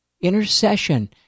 intercession